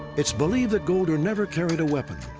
it's believed that golder never carried a weapon,